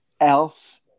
else